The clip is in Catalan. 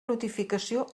notificació